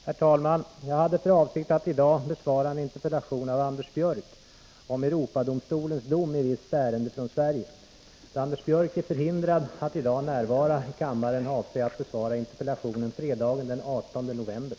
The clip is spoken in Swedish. Herr talman! Jag hade för avsikt att i dag besvara en interpellation från Anders Björck om Europadomstolens dom i visst ärende från Sverige. Då Anders Björck är förhindrad att i dag närvara i kammaren, avser jag att besvara interpellationen fredagen den 18 november.